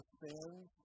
sins